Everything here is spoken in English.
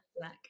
black